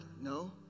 no